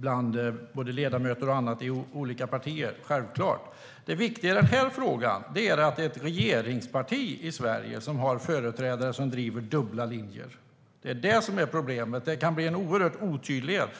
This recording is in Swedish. bland ledamöter och andra i olika partier - det är självklart. Det viktiga i den här frågan är att det är ett regeringsparti i Sverige som har företrädare som driver dubbla linjer. Det är problemet. Det kan bli en oerhörd otydlighet.